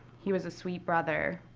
he was a sweet brother.